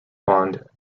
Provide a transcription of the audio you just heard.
pond